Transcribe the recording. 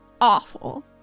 awful